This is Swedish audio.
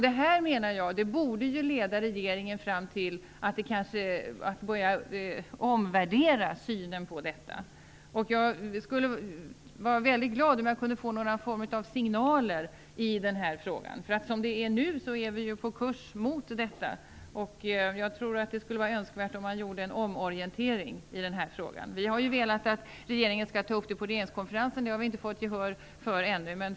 Detta menar jag borde leda regeringen till att börja omvärdera synen på EMU. Jag skulle vara väldigt glad om jag kunde få några signaler i den här frågan. Som det är nu är vår kurs inställd på detta. Det skulle vara önskvärt om man gjorde en omorientering i den här frågan. Vi har ju velat att regeringen skall ta upp detta på regeringskonferensen. Det har vi inte fått gehör för ännu.